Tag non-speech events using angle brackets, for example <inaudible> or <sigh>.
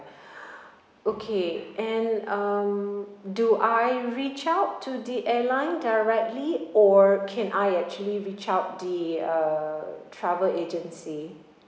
<breath> okay and um do I reach out to the airline directly or can I actually reach out the uh travel agency